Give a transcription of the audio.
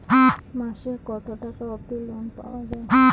মাসে কত টাকা অবধি লোন পাওয়া য়ায়?